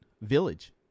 Village